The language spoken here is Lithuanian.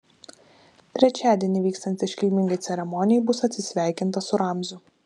trečiadienį vykstant iškilmingai ceremonijai bus atsisveikinta su ramziu